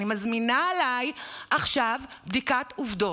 אני מזמינה עליי עכשיו בדיקות עובדות,